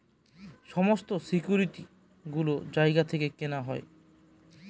সমস্ত সিকিউরিটি গুলো জায়গা থেকে কেনা হয়